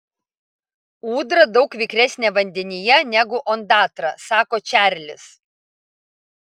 ūdra daug vikresnė vandenyje negu ondatra sako čarlis